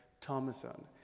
Thomason